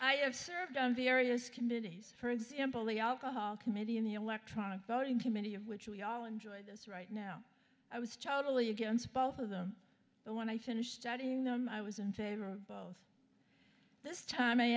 i have served on various committees for example the alcohol committee in the electronic voting to many of which we all enjoy this right now i was totally against both of them but when i finished writing them i was in favor of this time i